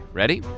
ready